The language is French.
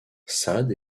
sade